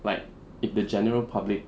like if the general public